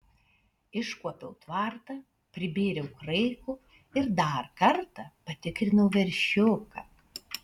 iškuopiau tvartą pribėriau kraiko ir dar kartą patikrinau veršiuką